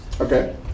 Okay